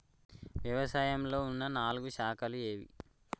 వ్యవసాయంలో ఉన్న నాలుగు శాఖలు ఏవి?